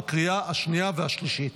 בקריאה השנייה והשלישית.